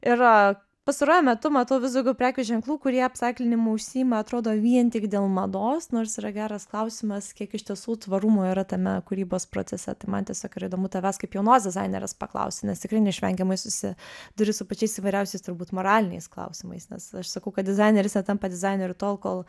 ir pastaruoju metu matau vis daugiau prekių ženklų kurie apsaiklinimu užsiima atrodo vien tik dėl mados nors yra geras klausimas kiek iš tiesų tvarumo yra tame kūrybos procese tai man tiesiog yra įdomu tavęs kaip jaunos dizainerės paklausti nes tikrai neišvengiamai susiduri su pačiais įvairiausiais turbūt moraliniais klausimais nes aš sakau kad dizaineris netampa dizaineriu tol kol